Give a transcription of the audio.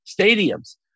stadiums